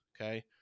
okay